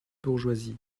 bourgeoisie